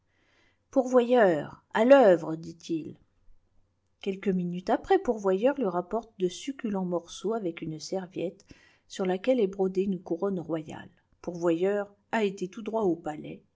pourvoyeur à l'œuvre dit-il quelques minutes après pourvoyeur lui rapporte de succulents morceaux avec une serviette sur laquoiie est brodée une couronne royale ponrvoyeur a été tout droit au palais